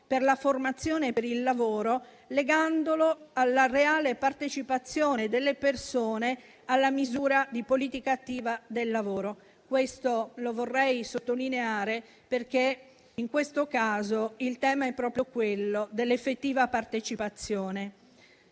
per la formazione e per il lavoro legandolo alla reale partecipazione delle persone alla misura di politica attiva del lavoro. Vorrei sottolineare ciò, perché in questo caso il tema è proprio quello dell'effettiva partecipazione.